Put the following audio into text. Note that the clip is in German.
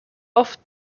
oft